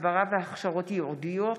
הסברה והכשרות ייעודיות,